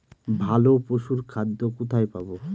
ভালো পশুর খাদ্য কোথায় পাবো?